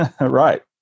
Right